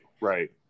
Right